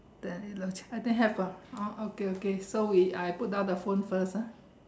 ya ya I think have ah okay okay so we I put down the phone first ah